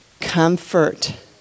comfort